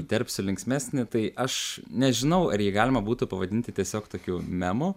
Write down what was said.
įterpsiu linksmesnį tai aš nežinau ar jį galima būtų pavadinti tiesiog tokiu memu